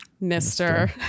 mister